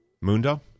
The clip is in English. Mundo